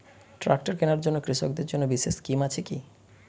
Tractor কেনার জন্য কৃষকদের জন্য বিশেষ স্কিম আছে কি?